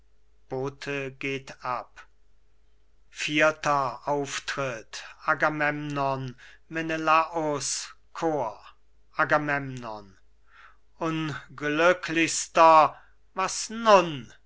bote geht ab agamemnon menelaus chor agamemnon unglücklichster was nun